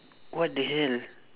what the hell